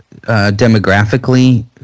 demographically